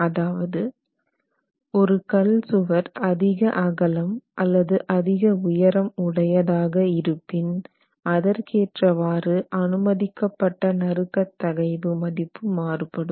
அதாவது ஒரு கல் சுவர் அதிக அகலம் அல்லது அதிக உயரம் உடையதாக இருப்பின் அதற்கேற்றவாறு அனுமதிக்கப்பட்ட நறுக்கத் தகைவு மதிப்பு மாறுபடும்